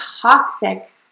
toxic